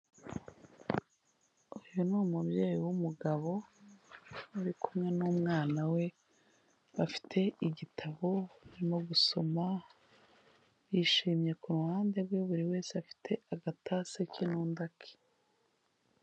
Uyu ni umubyeyi w'umugabo uri kumwe n'umwana we bafite igitabo baririmo gusoma, yishimye kuru ruhande rwe buri wese afite agatase ke n'unda ake.